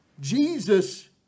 Jesus